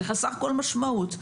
זה חסר כל משמעות.